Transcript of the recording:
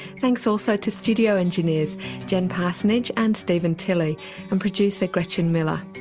thanks also to studio engineers jen parsonage and stephen tilley and producer gretchen miller.